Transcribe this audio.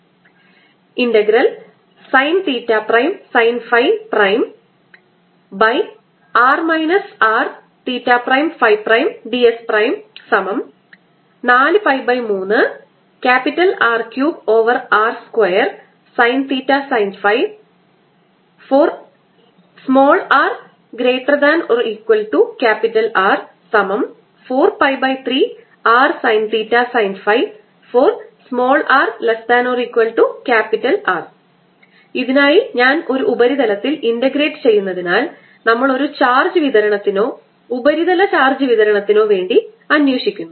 sinsinϕ|r R|ds 4π3R3r2sinθsinϕ r≥R 4π3rsinθsinϕ r≤R ഇതിനായി ഞാൻ ഒരു ഉപരിതലത്തിൽ ഇന്റഗ്രേറ്റ് ചെയ്യുന്നതിനാൽ നമ്മൾ ഒരു ചാർജ് വിതരണത്തിനോ ഉപരിതല ചാർജ് വിതരണത്തിനോ വേണ്ടി അന്വേഷിക്കുന്നു